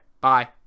bye